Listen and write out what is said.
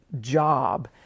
job